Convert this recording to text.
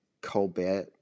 Colbert